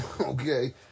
Okay